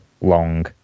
long